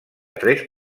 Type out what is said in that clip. tres